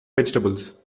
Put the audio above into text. vegetables